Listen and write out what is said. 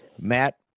Matt